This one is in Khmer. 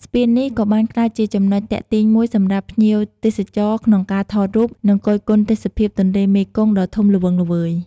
ស្ពាននេះក៏បានក្លាយជាចំណុចទាក់ទាញមួយសម្រាប់ភ្ញៀវទេសចរក្នុងការថតរូប និងគយគន់ទេសភាពទន្លេមេគង្គដ៏ធំល្វឹងល្វើយ។